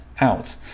out